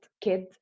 kid